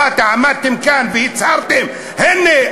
עמדתם כאן והצהרתם: הנה,